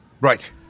Right